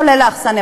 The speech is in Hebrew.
כולל האכסניה,